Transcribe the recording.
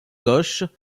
gauche